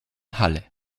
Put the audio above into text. halle